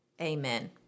Amen